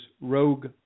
Rogue